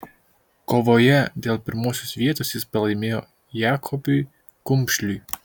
kovoje dėl pirmosios vietos jis pralaimėjo jakobiui kumšliui